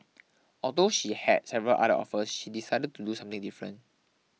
although she had several other offers she decided to do something different